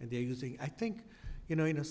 and they're using i think you know in a